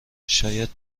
شاید